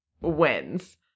wins